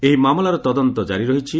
ଏହି ମାମଲାର ତଦନ୍ତ କ୍କାରୀ ରହିଛି